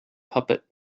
puppet